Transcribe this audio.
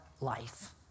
Life